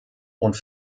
und